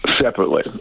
separately